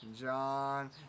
John